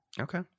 Okay